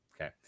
Okay